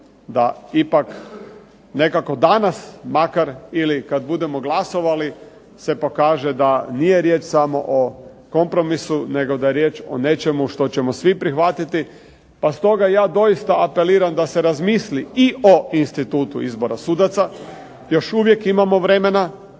da ipak nekako danas makar ili kad budemo glasovali se pokaže da nije riječ samo o kompromisu, nego da je riječ o nečemu što ćemo svi prihvatiti. Pa stoga ja doista apeliram da se razmisli i o institutu izbora sudaca. Još uvijek imamo vremena.